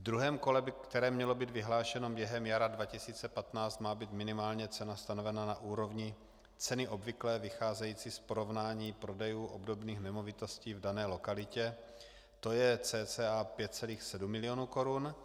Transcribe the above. V druhém kole, které mělo být vyhlášeno během jara 2015, má být minimálně cena stanovena na úrovni ceny obvyklé, vycházející z porovnání prodejů obdobných nemovitostí v dané lokalitě, to je cca 5,7 mil. Kč.